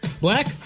Black